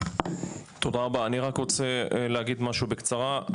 אני רק רוצה להגיד משהו בקצרה.